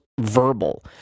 verbal